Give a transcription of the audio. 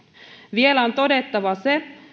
vielä on todettava se